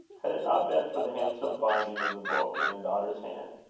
had it not been for the handsome binding of the book in her daughter's hand,